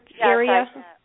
area